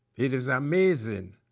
it is amazing